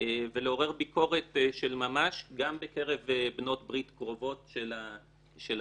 ולעורר ביקורת של ממש גם בקרב בנות ברית קרובות של המדינה.